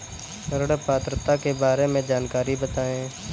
ऋण पात्रता के बारे में जानकारी बताएँ?